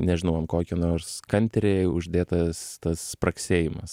nežinau ant kokio nors kantri uždėtas tas spragsėjimas